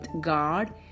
god